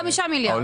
5 מיליארד.